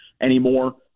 anymore